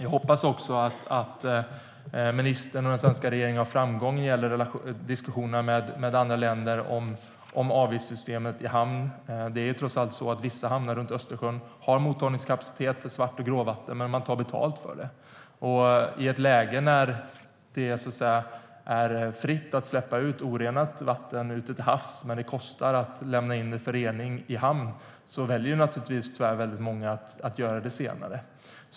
Jag hoppas att ministern och den svenska regeringen har framgång i diskussionerna med andra länder om avgiftssystemet i hamn. Det är trots allt så att vissa hamnar runt Östersjön har mottagningskapacitet för svartvatten och gråvatten men tar betalt för det. I ett läge när det är fritt att släppa ut orenat vatten ute till havs men det kostar att lämna in det för rening i hamn väljer naturligtvis väldigt många att göra det förra.